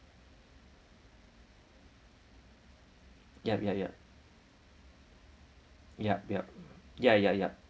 yup yup yup yup yup ya ya yup